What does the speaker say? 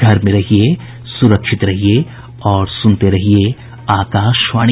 घर में रहिये सुरक्षित रहिये और सुनते रहिये आकाशवाणी